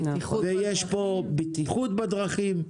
יש פה בטיחות בדרכים,